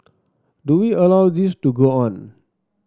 do we allow this to go on